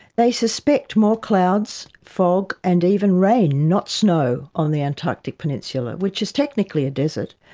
they suspect more clouds, fog and even rain, not snow, on the antarctic peninsula, which is technically a desert,